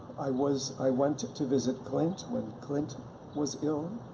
i was, i went to visit clint when clint was ill,